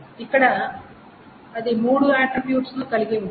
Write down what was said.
ఇక్కడ అది మూడు ఆట్రిబ్యూట్స్ ను కలిగి ఉంటుంది